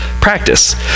practice